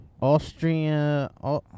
Austria